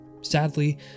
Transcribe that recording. Sadly